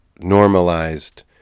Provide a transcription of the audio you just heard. normalized